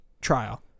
trial